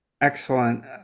Excellent